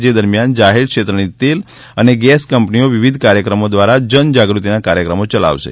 જે દરમિયાન જાહેર ક્ષેત્રની તેલ અને ગેસ કંપનીઓ વિવિધ કાર્યક્રમો દ્વારા જનજાગૃતિના કાર્યક્રમો ચલાવશે